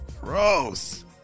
gross